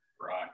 Right